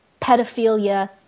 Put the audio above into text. pedophilia